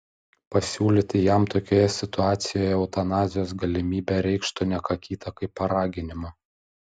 pasiūlyti jam tokioje situacijoje eutanazijos galimybę reikštų ne ką kita kaip paraginimą